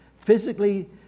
physically